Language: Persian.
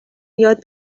یاد